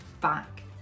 back